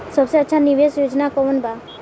सबसे अच्छा निवेस योजना कोवन बा?